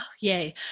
Yay